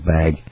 bag